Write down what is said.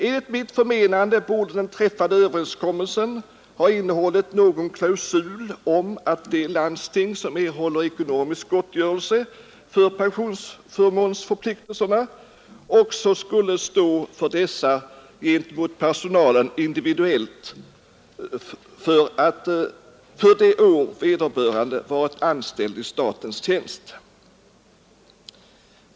Enligt mitt förmenande borde den träffade överenskommelsen ha innehållit någon klausul om att de landsting, som erhåller ekonomisk gottgörelse för pensionsförpliktelserna, också skulle stå för dessa gentemot personalen individuellt för de år vederbörande varit anställd i statens tjänst.